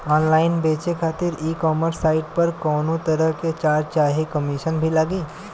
Online बेचे खातिर e commerce site पर कौनोतरह के चार्ज चाहे कमीशन भी लागी?